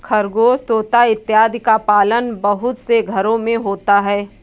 खरगोश तोता इत्यादि का पालन बहुत से घरों में होता है